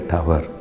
Tower